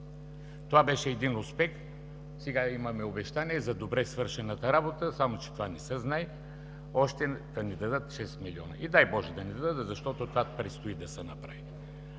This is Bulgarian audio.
Това беше един успех. Сега имаме обещание за добре свършената работа, само че това не се знае – да ни дадат още шест милиона. Дай Боже, да ни дадат, защото това предстои да се направи.